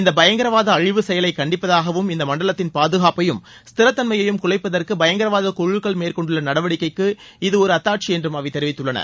இந்த பயங்கரவாத அழிவுச்செயலை கண்டிப்பதாகவும் இந்த மண்டலத்தின் பாதுகாப்பையும் ஸ்திரத்தன்மையையும் குலைப்பதற்கு பயங்கரவாத குழுக்கள் மேற்கொண்டுள்ள நடவடிக்கைக்கு இது ஒரு அத்தாட்சி என்று அவை தெரிவித்துள்ளன